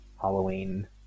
Halloween